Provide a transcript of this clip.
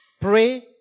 pray